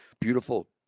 beautiful